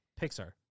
Pixar